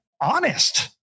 honest